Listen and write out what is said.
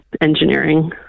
engineering